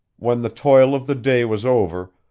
when the toil of the day was over,